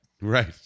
Right